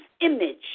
image